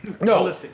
No